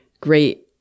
great